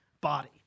body